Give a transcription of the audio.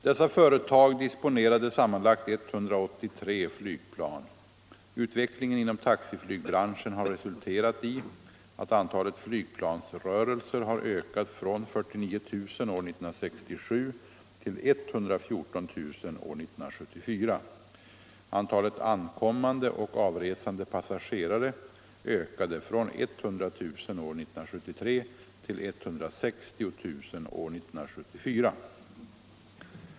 Dessa företag disponerade sammanlagt 183 flygplan. Utvecklingen inom taxiflygbranschen har resulterat i att antalet flygplansrörelser har ökat från 49 000 år 1967 till 114 000 år 1974. Antalet ankommande och avresande passagerare ökade från 100 000 år 1973 till 160 000 år 1974.